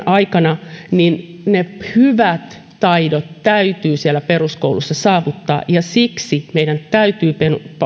aikana ne hyvät taidot täytyy siellä peruskoulussa saavuttaa ja siksi meidän täytyy